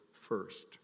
first